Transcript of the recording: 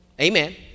Amen